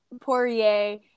Poirier